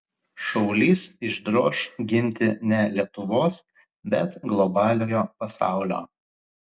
šaulys išdroš ginti ne lietuvos bet globaliojo pasaulio